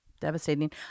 devastating